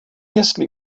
jestli